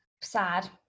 sad